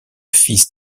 fils